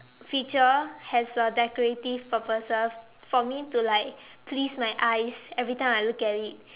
feature has a decorative purposes for me to like please my eyes every time I look at it